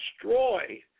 destroy